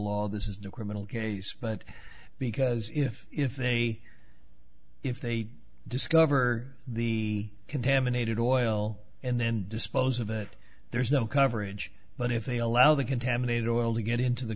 law this isn't a criminal case but because if if they if they discover the contaminated oil and then dispose of it there's no coverage but if they allow the contaminated oil to get into the